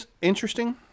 interesting